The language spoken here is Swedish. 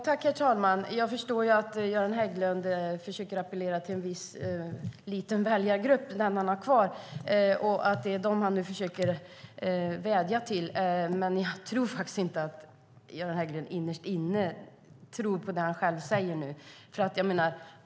Herr talman! Jag förstår att Göran Hägglund försöker appellera till en viss liten väljargrupp - den han har kvar - och att det är dem han nu försöker vädja till, men jag tror faktiskt inte att Göran Hägglund innerst inne tror på det han själv säger nu.